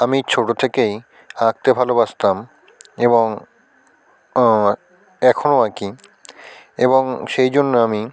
আমি ছোটো থেকেই আঁকতে ভালবাসতাম এবং এখনো আঁকি এবং সেই জন্য আমি